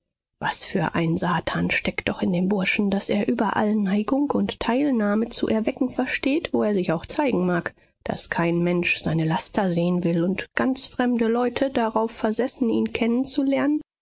was für ein satan steckt doch in dem burschen daß er überall neigung und teilnahme zu erwecken versteht wo er sich auch zeigen mag daß kein mensch seine laster sehen will und ganz fremde leute darauf versessen ihn kennen